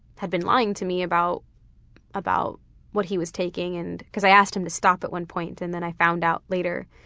had been lying to me about about what he was taking. and because i asked him to stop at one point and then i found out later.